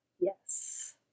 Yes